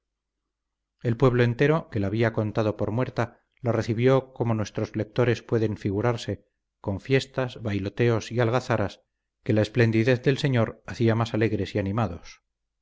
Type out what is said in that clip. el pueblo entero que la había contado por muerta la recibió como nuestros lectores pueden figurarse con fiestas bailoteos y algazaras que la esplendidez del señor hacía más alegres y animados